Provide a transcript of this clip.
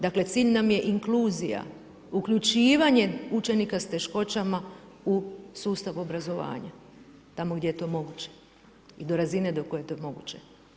Dakle, cilj nam je inkluzija, uključivanje učenika s teškoćama u sustav obrazovanja, tamo gdje je to moguće i do razine do koje je to moguće.